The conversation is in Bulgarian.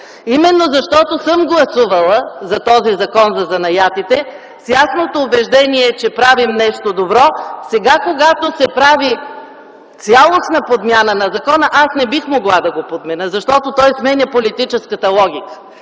Именно защото съм гласувала за този Закон за занаятите с ясното убеждение, че правим нещо добро, сега, когато се прави цялостна подмяна на закона, аз не бих могла да го подкрепя, защото той сменя политическата логика